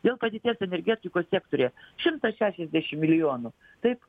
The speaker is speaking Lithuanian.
dėl padėties energetikos sektoriuje šimtas šešiasdešim milijonų taip